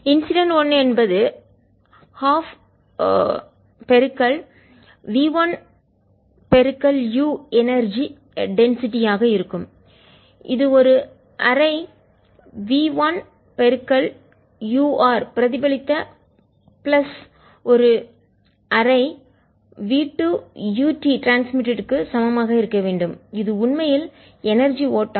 incident என்பது ½ v1 மடங்கு u energy density ஆற்றல் அடர்த்தி யாக இருக்கும் இது ஒரு அரை v 1 uR பிரதிபலித்த பிளஸ் ஒரு அரை v 2 uT ட்ரான்ஸ்மிட்டட் க்கு சமமாக இருக்க வேண்டும் இது உண்மையில் எனர்ஜி ஆற்றல் ஓட்டம்